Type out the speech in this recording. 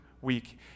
week